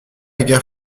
guerre